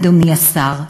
אדוני השר?